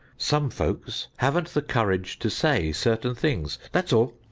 some folks haven't the courage to say certain things, that's all!